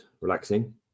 Relaxing